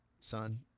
son